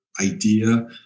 Idea